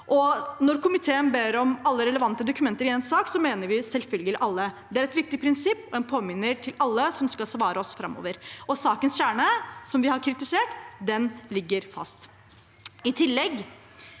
Når komiteen ber om alle relevante dokumenter i en sak, mener vi selvfølgelig alle. Det er et viktig prinsipp og en påminnelse til alle som skal svare oss framover. Sakens kjerne, som